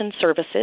services